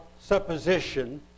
supposition